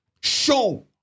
show